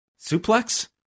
Suplex